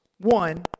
one